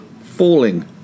falling